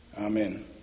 amen